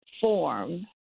form